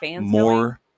more